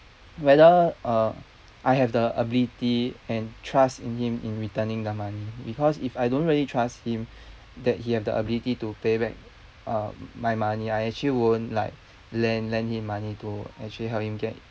whether uh I have the ability and trust in him in returning the money because if I don't really trust him that he have the ability to pay back uh my money I actually won't like lend lend him money to actually help him get